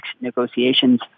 negotiations